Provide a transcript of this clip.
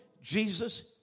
Jesus